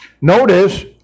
notice